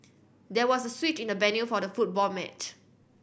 there was switch in the venue for the football match